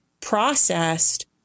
processed